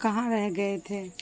کہاں رہ گئے تھے